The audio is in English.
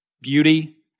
Beauty